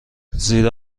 زیرا